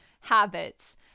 habits